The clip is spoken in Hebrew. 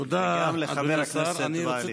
וגם לחבר הכנסת ואאל.